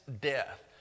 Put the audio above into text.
death